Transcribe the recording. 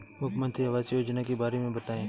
मुख्यमंत्री आवास योजना के बारे में बताए?